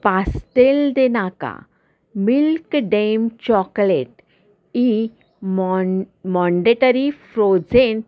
पास्तेल दे नाका मिल्क डेम चॉकलेट ई माँ माँडेटरी फ्रोझेन